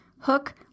Hook